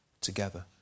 together